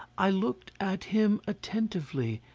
i looked at him attentively,